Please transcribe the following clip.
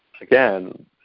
again